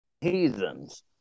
heathens